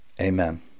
Amen